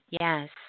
Yes